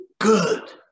good